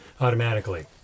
automatically